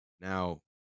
Now